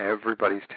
everybody's